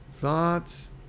thoughts